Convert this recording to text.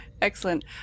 Excellent